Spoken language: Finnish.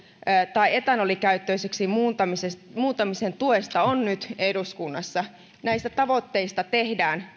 tai etanolikäyttöisiksi muuntamisen muuntamisen tuesta on nyt eduskunnassa näistä tavoitteista tehdään